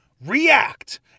react